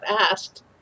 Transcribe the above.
asked